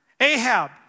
Ahab